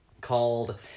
called